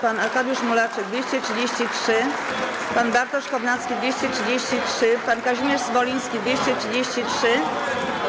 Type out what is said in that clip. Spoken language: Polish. Pan Arkadiusz Mularczyk - 233. Pan Bartosz Kownacki - 233. Pan Kazimierz Smoliński - 233.